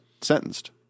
sentenced